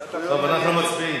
הוועדה לזכויות